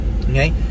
okay